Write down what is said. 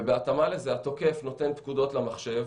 ובהתאמה לזה התוקף נותן פקודות למחשב